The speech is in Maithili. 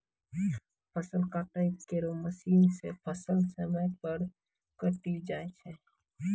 फसल काटै केरो मसीन सें फसल समय पर कटी जाय छै